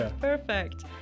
Perfect